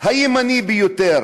הימני ביותר